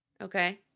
Okay